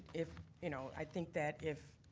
if you know, i think that if,